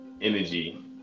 energy